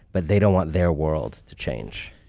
but they don't want their world to change.